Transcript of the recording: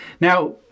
Now